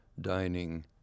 dining